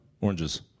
Oranges